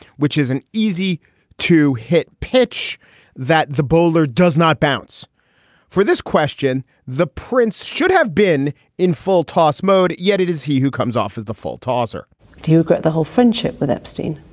which is an easy to hit pitch that the bowler does not bounce for this question. the prince should have been in full toss mode, yet it is he who comes off as the full tosser to get the whole friendship with epstein